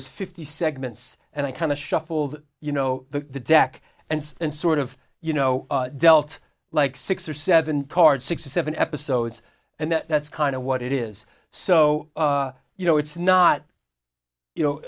was fifty segments and i kind of shuffled you know the deck and and sort of you know dealt like six or seven cards six or seven episodes and that's kind of what it is so you know it's not you know